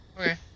Okay